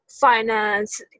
finance